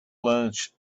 lunch